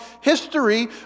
history